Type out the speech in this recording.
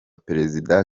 perezida